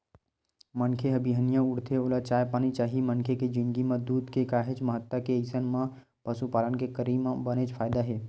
मनखे ह बिहनिया उठथे ओला चाय पानी चाही मनखे के जिनगी म दूद के काहेच महत्ता हे अइसन म पसुपालन के करई म बनेच फायदा हे